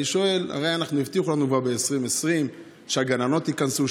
אני שואל: הרי הבטיחו לנו כבר ב-2020 שהגננות ייכנסו,